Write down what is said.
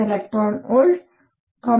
6 eV 13